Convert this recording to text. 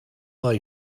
lay